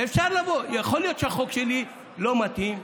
יכול להיות שהחוק שלי לא מתאים,